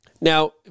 Now